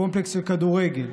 קומפלקס של כדורגל,